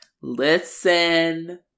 listen